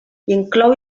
inclou